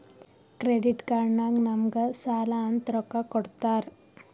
credit card ನಾಗ್ ನಮುಗ್ ಸಾಲ ಅಂತ್ ರೊಕ್ಕಾ ಕೊಡ್ತಾರ್